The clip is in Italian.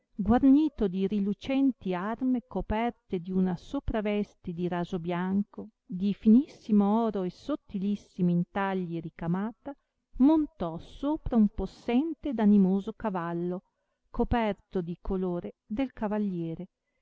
guarnito di rilucenti arme coperte di una sopraveste di raso bianco di finissimo oro e sottilissimi intagli ricamata montò sopra un possente ed animoso cavallo coperto di colore del cavaliere